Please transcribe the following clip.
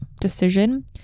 decision